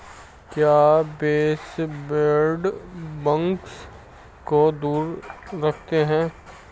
क्या baseboard bugs को दूर रखते हैं?